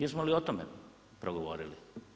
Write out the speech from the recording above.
Jesmo li o tome progovorili?